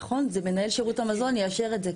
נכון, זה מנהל שירות המזון יאשר את זה.